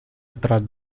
otras